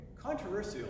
controversial